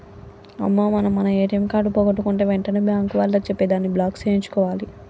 అమ్మో మనం మన ఏటీఎం కార్డు పోగొట్టుకుంటే వెంటనే బ్యాంకు వాళ్లకి చెప్పి దాన్ని బ్లాక్ సేయించుకోవాలి